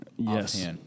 Yes